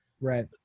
Right